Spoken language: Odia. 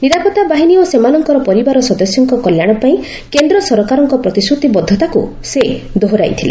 ନିରାପତ୍ତା ବାହିନୀ ଓ ସେମାନଙ୍କର ପରିବାର ସଦସ୍ୟଙ୍କ କଲ୍ୟାଣ ପାଇଁ କେନ୍ଦ୍ର ସରକାରଙ୍କ ପ୍ରତିଶ୍ରତିବଦ୍ଧତାକୁ ସେ ଦୋହରାଇଥିଲେ